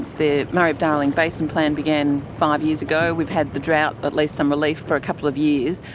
the murray-darling basin plan began five years ago, we've had the drought, at least some relief for a couple of years,